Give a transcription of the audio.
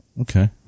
Okay